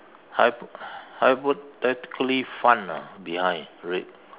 hyp~ hypothetically fun ah behind read